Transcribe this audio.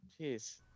Jeez